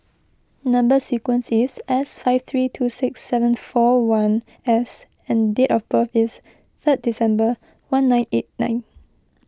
Number Sequence is S five three two six seven four one S and date of birth is three December one nine eight nine